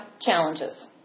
challenges